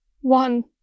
One